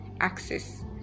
access